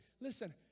Listen